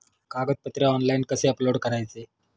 कागदपत्रे ऑनलाइन कसे अपलोड करायचे?